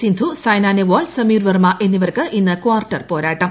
സിന്ധു സൈനാ നെഹ്വാൾ സമീർ വർമ്മ എന്നിവൂർക്കിന്ന് ക്വാർട്ടർ പോരാട്ടം